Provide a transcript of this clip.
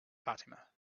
fatima